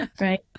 right